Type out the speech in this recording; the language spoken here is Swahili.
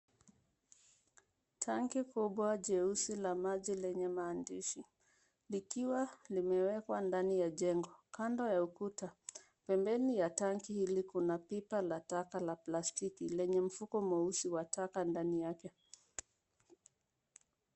Tangi kubwa jeusi la maji lenye maandishi, likiwa limewekwa ndani ya jengo kando ya ukuta. Pembeni ya tangi hili kuna pipa la taka la plastiki lenye mfuko mweusi wa taka ndani yake.